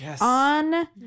on